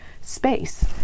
space